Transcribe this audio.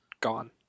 gone